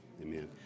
Amen